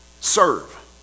Serve